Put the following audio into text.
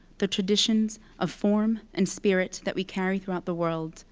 the traditions of form and spirit that we carry throughout the world,